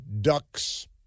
ducks